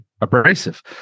abrasive